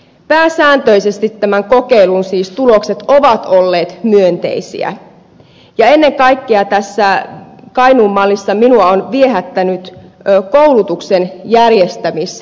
pääsääntöisesti siis tämän kokeilun tulokset ovat olleet myönteisiä ja ennen kaikkea tässä kainuun mallissa minua ovat viehättäneet koulutuksen järjestämiskysymykset